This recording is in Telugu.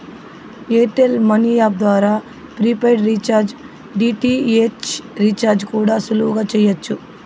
ఎయిర్ టెల్ మనీ యాప్ ద్వారా ప్రిపైడ్ రీఛార్జ్, డి.టి.ఏచ్ రీఛార్జ్ కూడా సులువుగా చెయ్యచ్చు